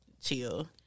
chill